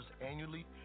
annually